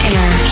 Air